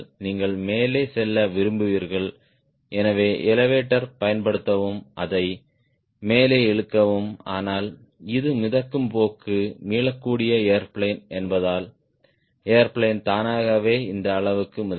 நீங்கள் மேலே செல்ல விரும்புகிறீர்கள் எனவே எலெவடோர் பயன்படுத்தவும் அதை மேலே இழுக்கவும் ஆனால் அது மிதக்கும் போக்கு மீளக்கூடிய ஏர்பிளேன் என்பதால் ஏர்பிளேன் தானாகவே இந்த அளவுக்கு மிதக்கும்